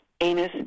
anus